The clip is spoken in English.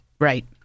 Right